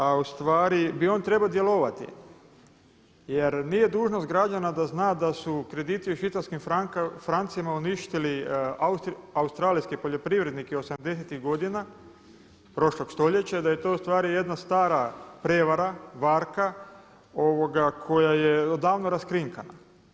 A u stvari bi on trebao djelovati, jer nije dužnost građana da zna da su krediti u švicarskim francima uništili australijske poljoprivrednike 80-tih godina prošlog stoljeća, da je to u stvari jedna stara prevara, varka koja je odavno raskrinkana.